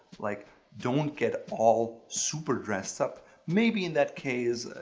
like don't get all super dressed up, maybe in that case,